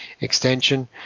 extension